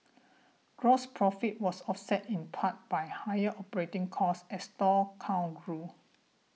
gross profit was offset in part by higher operating costs as store count grew